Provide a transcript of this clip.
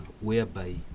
whereby